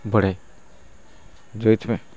ବଢ଼େ ଯେଉଁଥିପାଇଁ